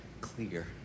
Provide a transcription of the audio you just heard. clear